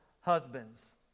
husbands